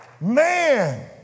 man